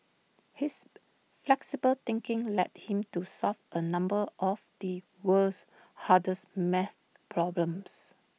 his flexible thinking led him to solve A number of the world's hardest math problems